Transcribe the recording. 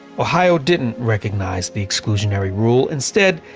ohio didn't recognize the exclusionary rule. instead,